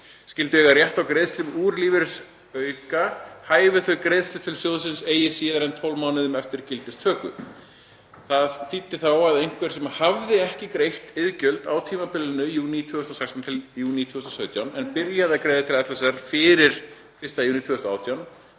skyldu eiga rétt á greiðslum úr lífeyrisaukasjóði hæfu þau greiðslur til sjóðsins eigi síðar en 12 mánuðum eftir gildistöku. Það þýddi þá að einhver sem hafði ekki greitt iðgjöld á tímabilinu júní 2016 til júní 2017 en byrjaði að greiða til LSR fyrir 1. júlí 2018